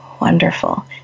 Wonderful